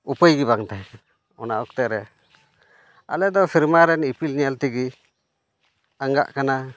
ᱩᱯᱟᱹᱭ ᱜᱮ ᱵᱟᱝ ᱛᱟᱦᱮᱸ ᱠᱟᱱᱟ ᱚᱱᱟ ᱚᱠᱛᱮ ᱨᱮ ᱟᱞᱮ ᱫᱚ ᱥᱮᱨᱢᱟ ᱨᱮᱱ ᱤᱯᱤᱞ ᱧᱮᱞ ᱛᱮᱜᱮ ᱟᱸᱜᱟᱜ ᱠᱟᱱᱟ